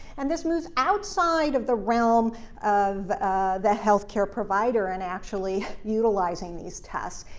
and this moves outside of the realm of the healthcare provider and actually utilizing these tests.